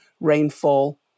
Rainfall